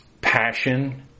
passion